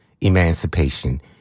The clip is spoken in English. emancipation